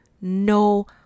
no